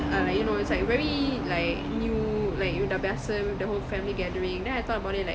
uh like you know it's like very like new like you dah biasa with the whole family gathering then I thought about it like